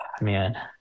man